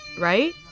right